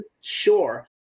sure